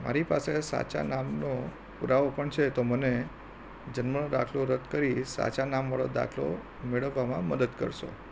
મારી પાસે સાચાં નામનો પુરાવો પણ છે તો મને જન્મનો દાખલો રદ કરી સાચાં નામવાળો દાખલો મેળવવામાં મદદ કરશો